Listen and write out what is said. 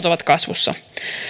ovat kasvussa